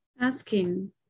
asking